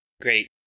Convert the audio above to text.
great